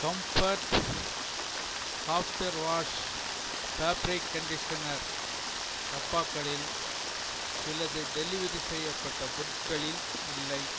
comforts after wash fabric conditioner டப்பாக்களில் சிலது delivery செய்யப்பட்ட பொருட்களில் இல்லை